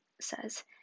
says